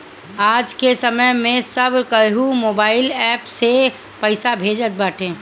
आजके समय में सब केहू मोबाइल एप्प से पईसा भेजत बाटे